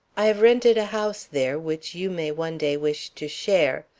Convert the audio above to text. i have rented a house there, which you may one day wish to share.